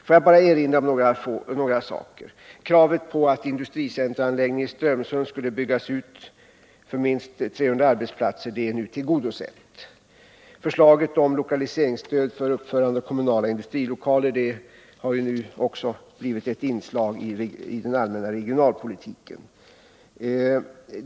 Får jag bara erinra om några saker. Kravet på att industricentrumanläggningen i Strömsund skulle byggas ut för minst 300 arbetsplatser är nu tillgodosett. Förslaget om lokaliseringsstöd för uppförande av kommunala industrilokaler har också blivit ett inslag i den allmänna regionalpolitiken.